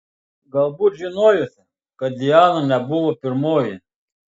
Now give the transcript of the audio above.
galbūt žinojote kad diana nebuvo pirmoji